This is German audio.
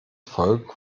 volk